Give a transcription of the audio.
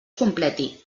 completi